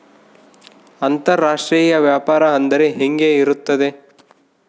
ಅಂತರಾಷ್ಟ್ರೇಯ ವ್ಯಾಪಾರ ಅಂದರೆ ಹೆಂಗೆ ಇರುತ್ತದೆ?